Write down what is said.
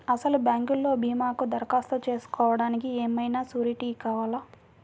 అసలు బ్యాంక్లో భీమాకు దరఖాస్తు చేసుకోవడానికి ఏమయినా సూరీటీ కావాలా?